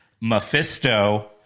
Mephisto